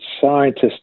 scientists